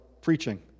preaching